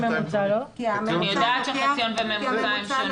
--- אני יודעת שחציון וממוצע הם שונים.